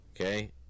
Okay